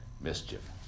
mischief